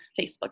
Facebook